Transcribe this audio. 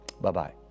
Bye-bye